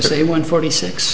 say one forty six